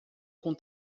com